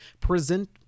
present